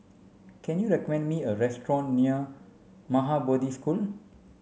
can you recommend me a restaurant near Maha Bodhi School